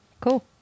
Cool